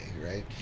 right